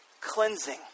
Cleansing